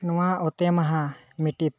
ᱱᱚᱣᱟ ᱚᱛᱮᱢᱟᱦᱟ ᱢᱤᱴᱤᱝ